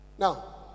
Now